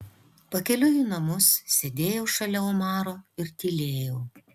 pakeliui į namus sėdėjau šalia omaro ir tylėjau